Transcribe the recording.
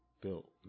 built